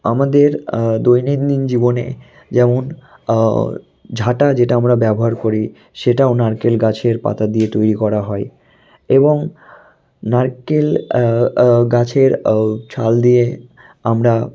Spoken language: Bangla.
আমাদের দৈনন্দিন জীবনে যেমন ঝাঁটা যেটা আমরা ব্যবহার করি সেটাও নারকেল গাছের পাতা দিয়ে তৈরি করা হয় এবং নারকেল গাছের ছাল দিয়ে আমরা